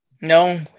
No